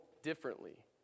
differently